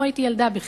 לא ראיתי ילדה בכלל,